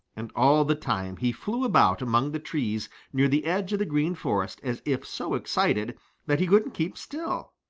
and all the time he flew about among the trees near the edge of the green forest as if so excited that he couldn't keep still.